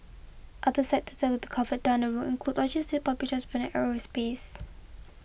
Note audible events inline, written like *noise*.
other sectors that be covered down the road include logistics public *unintelligible* aerospace